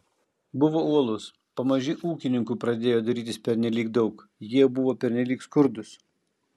buvo uolus pamaži ūkininkų pradėjo darytis pernelyg daug jie buvo pernelyg skurdūs